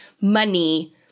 money